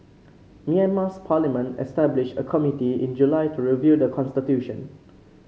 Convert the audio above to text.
Myanmar's parliament established a committee in July to review the constitution